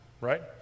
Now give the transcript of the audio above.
right